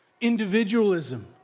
individualism